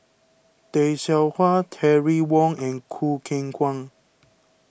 Tay Seow Huah Terry Wong and Choo Keng Kwang